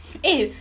eh